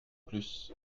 plus